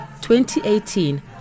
2018